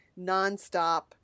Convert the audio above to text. nonstop